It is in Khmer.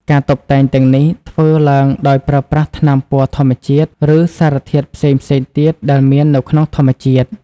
ការតុបតែងទាំងនេះធ្វើឡើងដោយប្រើប្រាស់ថ្នាំពណ៌ធម្មជាតិ ឬសារធាតុផ្សេងៗទៀតដែលមាននៅក្នុងធម្មជាតិ។